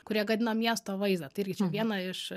kurie gadina miesto vaizdą tai irgi čia viena iš